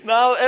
Now